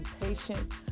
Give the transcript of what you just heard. patient